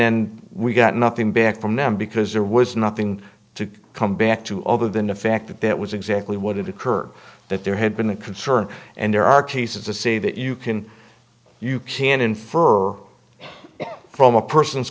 then we got nothing back from them because there was nothing to come back to other than the fact that that was exactly what it occurred that there had been a concern and there are cases to say that you can you can infer from a person's